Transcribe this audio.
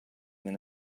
than